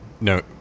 no